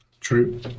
True